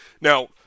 Now